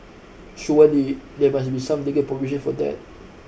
surely there there must be some legal provision for that